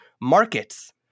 markets